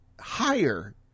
higher